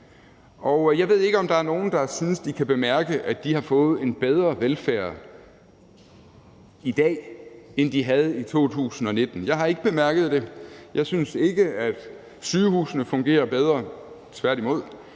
Jeg ved ikke, om der er nogen, der synes, de kan mærke, at de får en bedre velfærd i dag, end de havde i 2019. Jeg har ikke bemærket det. Jeg synes ikke, at sygehusene fungerer bedre – tværtimod